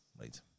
right